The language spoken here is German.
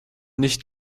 nicht